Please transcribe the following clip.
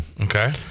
Okay